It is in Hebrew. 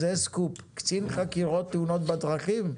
זה סקופ, קצין חקירות תאונות בדרכים?